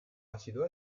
acido